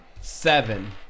Seven